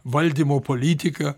valdymo politiką